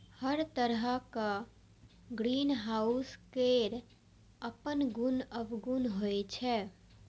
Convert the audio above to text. हर तरहक ग्रीनहाउस केर अपन गुण अवगुण होइ छै